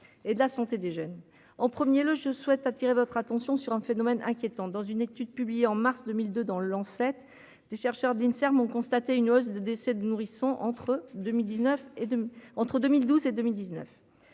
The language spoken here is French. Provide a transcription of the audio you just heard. et de la santé des jeunes en premier le je souhaite attirer votre attention sur un phénomène inquiétant dans une étude publiée en mars 2002 dans cette des chercheurs de l'INSERM ont constaté une hausse de décès de nourrissons entre 2000 19